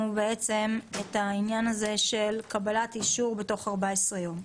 את העניין הזה של קבלת אישור תוך 14 יום.